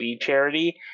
charity